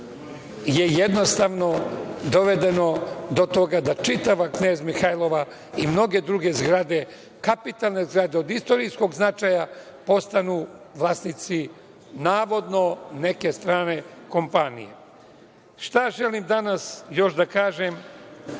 je jednostavno dovedeno do toga da čitava Knez Mihailova i mnoge druge zgrade, kapitalne zgrade od istorijskog značaja, postanu vlasnici, navodno, neke strane kompanije. Šta želim danas još da kažem,